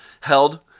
Held